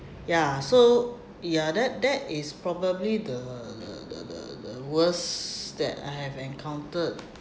ya so ya that that is probably the the the the worst that I have encountered